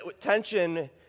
Tension